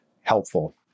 helpful